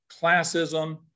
classism